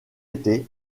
été